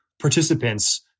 participants